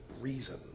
reason